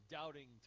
Doubting